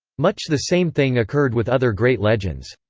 much the same thing occurred with other great legends.